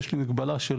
יש לי מגבלה של